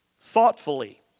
thoughtfully